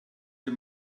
wir